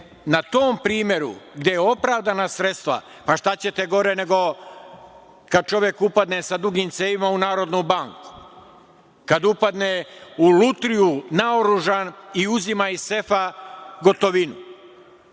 na tom primeru gde su opravdana sredstva, pa šta ćete gore nego kad čovek upadne sa dugim cevima u Narodnu banku, kad upadne u Lutriju naoružan i uzima iz sefa gotovinu?